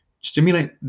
Stimulate